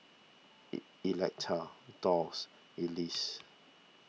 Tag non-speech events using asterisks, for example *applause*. *unintelligible* Electa Dolls Elease